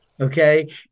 Okay